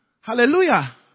Hallelujah